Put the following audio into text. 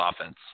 offense